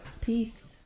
Peace